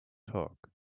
talk